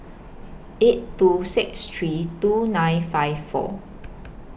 eight two six three two nine five four